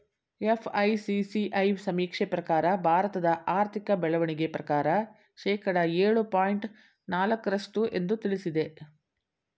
FICCI ಸಮೀಕ್ಷೆ ಪ್ರಕಾರ ಭಾರತದ ಆರ್ಥಿಕ ಬೆಳವಣಿಗೆ ಪ್ರಕಾರ ಶೇಕಡ ಏಳು ಪಾಯಿಂಟ್ ನಾಲಕ್ಕು ರಷ್ಟು ಎಂದು ತಿಳಿಸಿದೆ